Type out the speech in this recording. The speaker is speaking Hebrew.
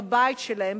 בבית שלהם,